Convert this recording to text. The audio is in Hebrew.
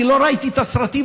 לא ראיתי את הסרטים,